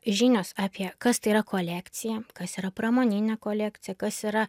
žinios apie kas tai yra kolekcija kas yra pramoninė kolekcija kas yra